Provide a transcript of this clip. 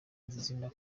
izina